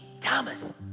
Thomas